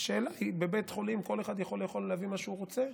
השאלה היא: לבית חולים כל אחד יכול להביא מה שהוא רוצה?